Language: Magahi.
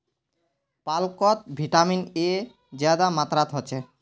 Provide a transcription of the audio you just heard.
पालकोत विटामिन ए ज्यादा मात्रात होछे